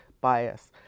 bias